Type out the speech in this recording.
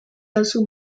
dazu